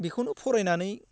बेखौनो फरायनानै